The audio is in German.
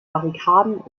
barrikaden